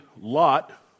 Lot